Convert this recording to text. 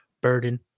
Burden